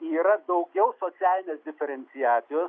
yra daugiau socialinės diferenciacijos